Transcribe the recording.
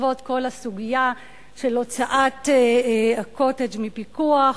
בעקבות כל הסוגיה של הוצאת ה"קוטג'" מפיקוח.